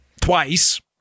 twice